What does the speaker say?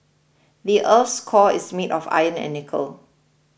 the earth's core is made of iron and nickel